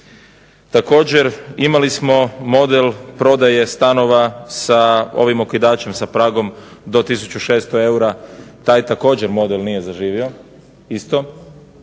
također imali smo model prodajom stanova sa ovim okidačem sa pragom do tisuću 600 eura, taj također model nije zaživio. I